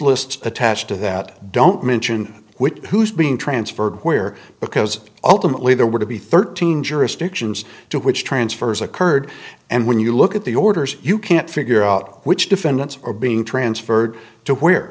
list attached to that don't mention which who's being transferred where because ultimately there were to be thirteen jurisdictions to which transfers occurred and when you look at the orders you can't figure out which defendants are being transferred to w